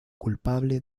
culpable